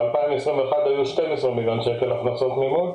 ב-2021 היו 12 מיליון שקלים הכנסות מימון.